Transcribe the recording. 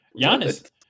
Giannis